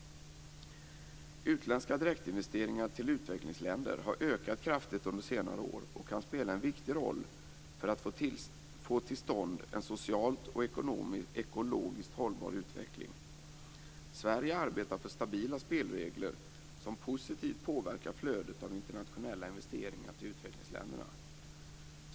Utländska direktinvesteringar till utvecklingsländer har ökat kraftigt under senare år och kan spela en viktigt roll för att få till stånd en socialt och ekologiskt hållbar utveckling. Sverige arbetar för stabila spelregler som positivt påverkar flödet av internationella investeringar till utvecklingsländerna.